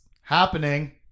happening